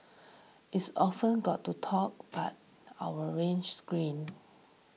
it's often got to talk but our win screen